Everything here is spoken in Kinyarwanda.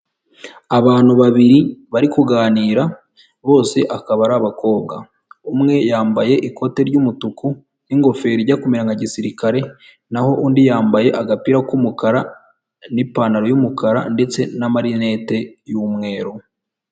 Abantu babiri bari kuganira, bose akaba ari abakobwa, umwe yambaye ikote ry'umutuku n'ingofero ijya kumera nka gisirikare, naho undi yambaye agapira k'umukara n'ipantaro y'umukara ndetse na marinete y'umweru.